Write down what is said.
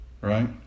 right